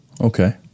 Okay